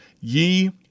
Ye